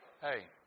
Hey